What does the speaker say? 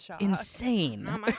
insane